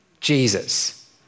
Jesus